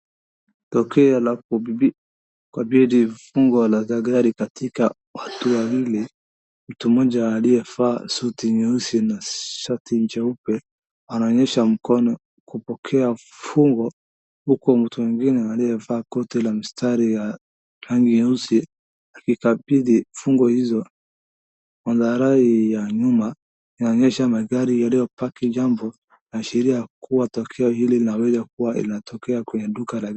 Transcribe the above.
Tokeo la kukabidhi funguo za gari katika watu wawili, mtu mmoja aliyevaa suti nyeusi na shati jeupe ananyosha mkono kupokea funguo, huku mtu mwingine aliyevaa koti la mistari ya rangi nyeusi akikabidhi funguo hizo, madhari ya nyuma inaonyesha magari yaliyopaki, jambo linaloashiria kuwa tukio hili linaweza kuwa linatokea kwenye duka la gari.